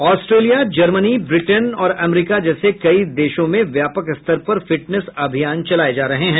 Australia Germany Britain और America जैसे कई देशों में व्यापक स्तर पर फिटनेस अभियान चलाए जा रहे हैं